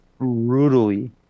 brutally